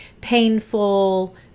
painful